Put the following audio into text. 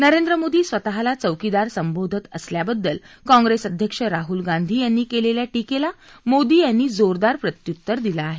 नरेंद्र मोदी स्वतःला चौकीदार संबोधत असल्याबद्दल काँप्रिस अध्यक्ष राहुल गांधी यांनी केलेल्या टीकेला मोदी यांनी जोरदार प्रत्युत्तर दिलं आहे